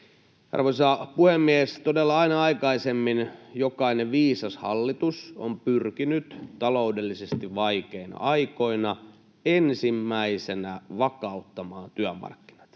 Arvoisa puhemies! Todella aina aikaisemmin jokainen viisas hallitus on pyrkinyt taloudellisesti vaikeina aikoina ensimmäisenä vakauttamaan työmarkkinat.